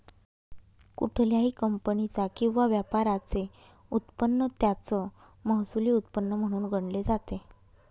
कुठल्याही कंपनीचा किंवा व्यापाराचे उत्पन्न त्याचं महसुली उत्पन्न म्हणून गणले जाते